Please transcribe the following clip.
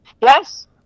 Yes